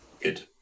Good